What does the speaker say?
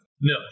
No